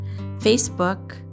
Facebook